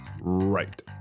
right